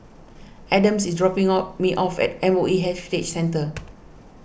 Adams is dropping off me off at M O E Heritage Centre